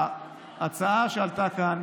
ההצעה שעלתה כאן,